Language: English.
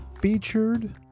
featured